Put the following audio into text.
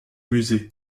musée